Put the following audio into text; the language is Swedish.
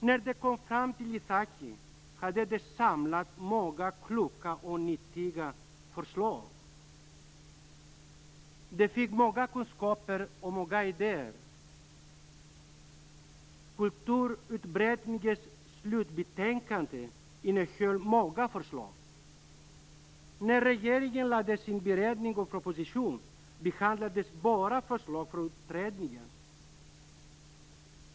När de kom fram till Ithaki hade de samlat många kloka och nyttiga förslag. De fick många kunskaper och många idéer. Kulturutredningens slutbetänkande innehöll många förslag. När regeringen gjorde sin beredning av propositionen behandlades bara förslag från utredningen.